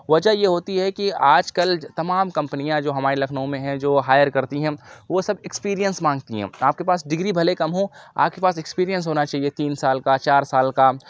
وجہ یہ ہوتی ہے کہ آج کل تمام کمپنیاں جو ہمارے لکھنؤ میں ہیں جو ہائر کرتی ہیں وہ سب ایکسپرئنس مانگتی ہیں آپ کے پاس ڈگری بھلے کم ہوں آپ کے پاس ایکسپرئنس ہونا چاہیے تین سال کا چار سال کا